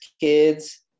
kids